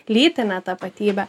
lytinė tapatybė